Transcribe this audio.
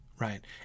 Right